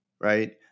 right